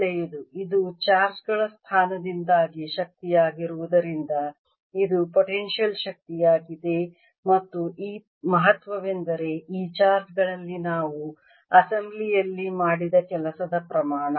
ಒಳ್ಳೆಯದು ಇದು ಚಾರ್ಜ್ ಗಳ ಸ್ಥಾನದಿಂದಾಗಿ ಶಕ್ತಿಯಾಗಿರುವುದರಿಂದ ಇದು ಪೊಟೆನ್ಶಿಯಲ್ ಶಕ್ತಿಯಾಗಿದೆ ಮತ್ತು ಈ ಮಹತ್ವವೆಂದರೆ ಈ ಚಾರ್ಜ್ ಗಳಲ್ಲಿ ನಾವು ಅಸೆಂಬ್ಲಿ ಯಲ್ಲಿ ಮಾಡಿದ ಕೆಲಸದ ಪ್ರಮಾಣ